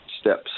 steps